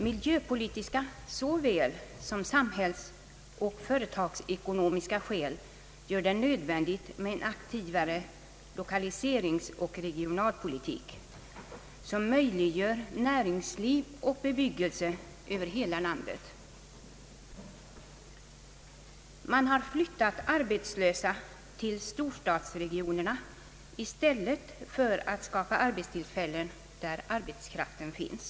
Miljöpolitiska såväl som samhällsoch företagsekonomiska skäl gör det nödvändigt med en aktivare lokaliseringsoch regionalpolitik, som möjliggör näringsliv och bebyggelse över hela landet. Man har flyttat arbetslösa till storstadsregionerna i stället för att skapa arbetstillfällen där arbetskraften finns.